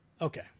Okay